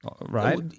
right